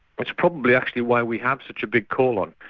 it's probably actually why we have such a big colon,